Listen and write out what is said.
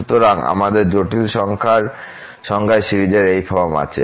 সুতরাং আমাদের জটিল সংখ্যায় সিরিজের এই ফর্ম আছে